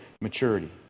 maturity